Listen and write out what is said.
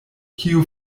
kiu